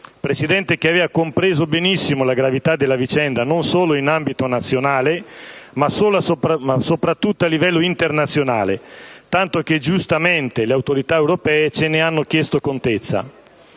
fondo, che aveva compreso benissimo la gravità della vicenda, non solo in ambito nazionale, ma soprattutto a livello internazionale, tanto che giustamente le autorità europee ce ne hanno chiesto contezza.